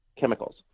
chemicals